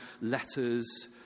letters